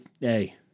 Hey